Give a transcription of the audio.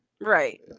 Right